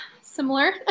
similar